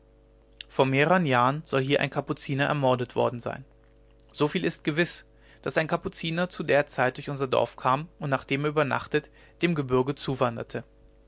vor mehrern jahren soll hier ein kapuziner ermordet worden sein so viel ist gewiß daß ein kapuziner zu der zeit durch unser dorf kam und nachdem er übernachtet dem gebürge zuwanderte